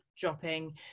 dropping